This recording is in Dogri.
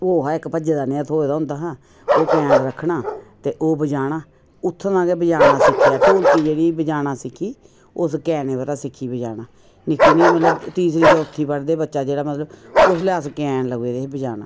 ओह् हा इक्क भज्जे दा नेआ थ्होए दा हुंदा हा ओह् कैन रक्खना ते ओह् बजाना उत्थूं दा गै बजाना सिक्खेआ ढोल्की जेह्ड़ी बजाना सिक्खी उस कैना परां सिक्खी बजाना निक्की नीं मतलब तीसरी चौथी पढ़दे जिसलै बच्चा मतलब उस्सलै अस कैन लग्गी पेदे हे बजान